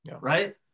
right